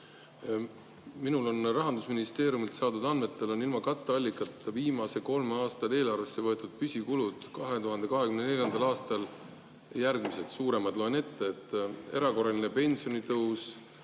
Minul on Rahandusministeeriumilt saadud andmed, mille järgi on ilma katteallikata viimase kolme aasta eelarvesse võetud püsikulud 2024. aastal järgmised, suuremad loen ette: erakorraline pensionitõus